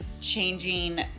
changing